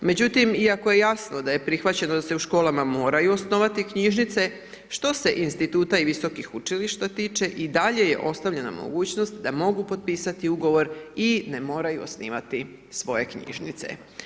Međutim iako je jasno da je prihvaćeno da se u školama moraju osnovati knjižnice što se instituta i visokih učilišta tiče i dalje je ostavljena mogućnost da mogu potpisati ugovor i ne moraju osnivati svoje knjižnice.